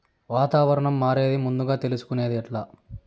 వాతావరణం మారేది ముందుగా తెలుసుకొనేది ఎట్లా?